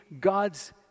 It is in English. God's